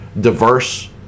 diverse